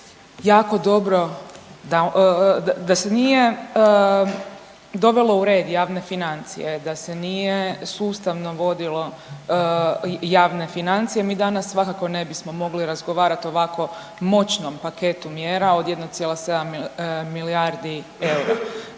jako dobro, da, da se nije dovelo u red javne financije, da se nije sustavno vodilo javne financije mi danas svakako ne bismo mogli razgovarat o ovako moćnom paketu mjera od 1,7 milijardi eura.